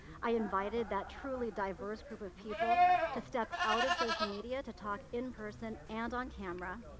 i invited that truly diverse group of people to step out of social media to talk in person and on camera,